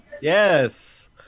Yes